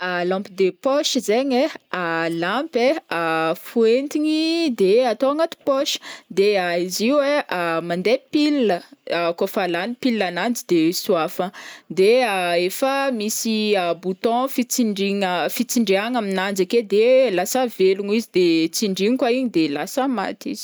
Lampe de poche zegny e, lampy fihoentigny de atao agnaty paosy, de izy io e mandeha pile, kaofa lagny pile agnanjy de soafa de efa misy bouton fitsindrina- fitsindriàgna aminanjy ake de lasa velogno izy de tsindrigna koa igny de lasa maty izy.